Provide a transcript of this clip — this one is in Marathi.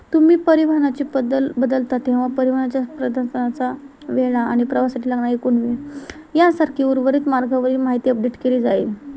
तुम्ही परिवहनाची पद्धत बदलत आहात तेव्हा परिवहनाच्या प्रदानच्या वेळा आणि प्रवासासाठी लागणारा एकूण वेळ यासारखी उर्वरित मार्गावरील माहिती अपडेट केली जाईल